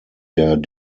der